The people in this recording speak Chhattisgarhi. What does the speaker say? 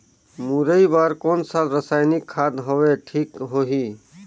मुरई बार कोन सा रसायनिक खाद हवे ठीक होही?